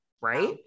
right